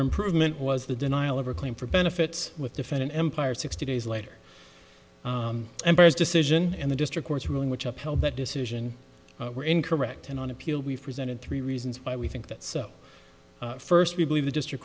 improvement was the denial of her claim for benefits with defendant empire sixty days later members decision and the district court's ruling which upheld that decision were incorrect and on appeal we've presented three reasons why we think that so first we believe the district